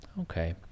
Okay